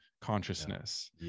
consciousness